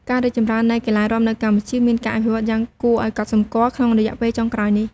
ការរីកចម្រើននៃកីឡារាំនៅកម្ពុជា មានការអភិវឌ្ឍន៍យ៉ាងគួរឱ្យកត់សម្គាល់ក្នុងរយៈពេលចុងក្រោយនេះ។